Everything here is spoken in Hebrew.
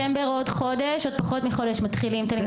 סייעת, תחפשי.